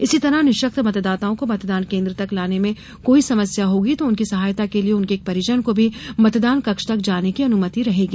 इसी तरह निःशक्त मतदाताओं को मतदान केन्द्र तक लाने में कोई समस्या होगी तो उनकी सहायता के लिये उनके एक परिजन को भी मतदान कक्ष तक जाने की अनुमति रहेगी